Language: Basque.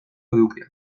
edukiak